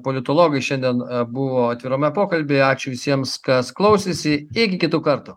politologai šiandien abu atvirame pokalbyje ačiū visiems kas klausėsi iki kitų kartų